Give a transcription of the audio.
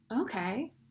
okay